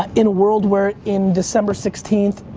ah in a world where in december sixteenth,